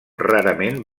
rarament